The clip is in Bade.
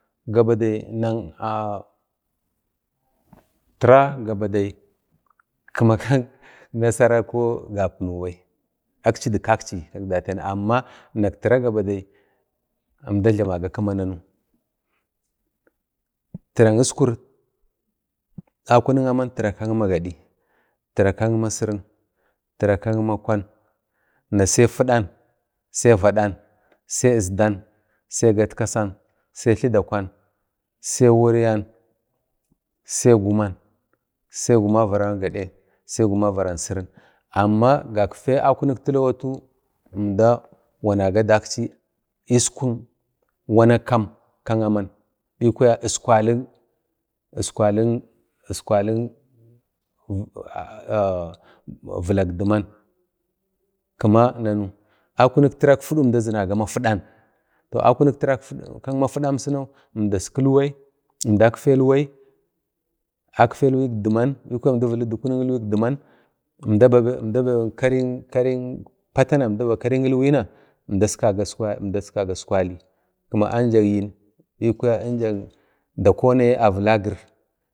Gabadai nak tira gabadai kima kaka nasara ko gapanau bai akchi dik kakchi kak datiyan amma nak tira gabadai əmda jlamaga kima nanu tirak iskur akuk amn, tira kak magadi, tira kak masirin, tira kak makwan, na sai fudan, sai vadan, sai izdan, sai gatkasan, sai tlidakwan, sai wuryun, sai guman, sai guman varau gadi, sai guman varau sirin. Amma gakfe akunik tirawatu əmda wanaga daksi iskuk wana kam kak aman bikwa iskwalik-iskwalik-iskwalik villak diman kima namu akunuk tirak fudu əmda zinaga ma fudan, akunuk tirak fudanau əmdaskilwai, əmdatfelwai akfe ilwaik diman bikwaya əmda atfe ilwaik diman, əmda ba karai ilwaina əmdaskaga suwali kima anjale yim bikwa Dakona yi Avilagir